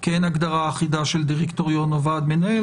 כי אין הגדרה אחידה של דירקטוריון או ועד מנהל,